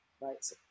Right